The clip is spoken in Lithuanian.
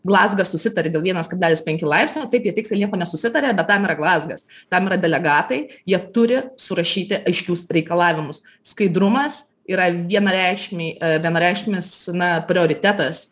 glazgą susitarė dėl vienas kablelis penki laipsnio taip jie tiksliai nieko nesusitarė bet tam yra glazgas tam yra delegatai jie turi surašyti aiškius reikalavimus skaidrumas yra vienareikšmiai vienareikšmis na prioritetas